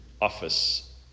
office